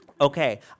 Okay